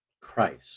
Christ